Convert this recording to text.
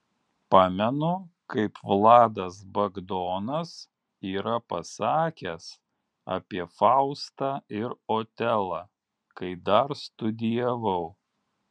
pamenu kaip vladas bagdonas yra pasakęs apie faustą ir otelą kai dar studijavau